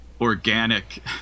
organic